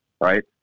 right